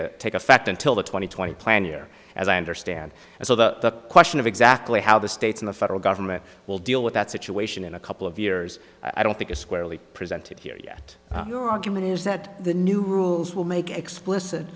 a take effect until the twenty twenty plan year as i understand and so the question of exactly how the states in the federal government will deal with that situation in a couple of years i don't think is squarely presented here yet your argument is that the new rules will make explicit